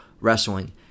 wrestling